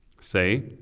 Say